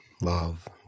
love